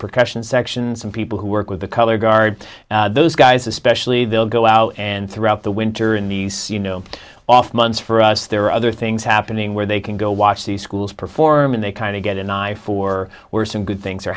percussion section some people who work with the color guard those guys especially they'll go out and throughout the winter in the so you know off months for us there are other things happening where they can go watch the schools perform and they kind of get an eye for where some good things are